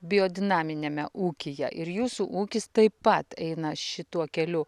biodinaminiame ūkyje ir jūsų ūkis taip pat eina šituo keliu